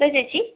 ഇതാ ചേച്ചി